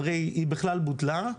הרי היא בכלל בוטלה.